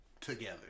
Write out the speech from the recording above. together